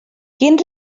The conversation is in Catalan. quin